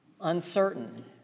uncertain